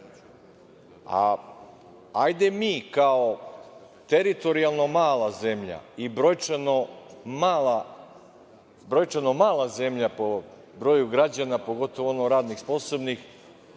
itd. Hajde mi kao teritorijalno mala zemlja i brojčano mala zemlja po broju građana, pogotovo radno sposobnih,